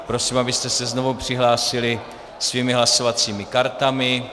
Prosím, abyste se znovu přihlásili svými hlasovacími kartami.